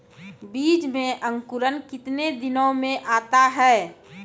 बीज मे अंकुरण कितने दिनों मे आता हैं?